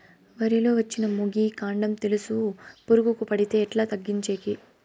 వరి లో వచ్చిన మొగి, కాండం తెలుసు పురుగుకు పడితే ఎట్లా తగ్గించేకి?